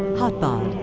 hotbod.